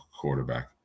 quarterback